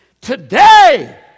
Today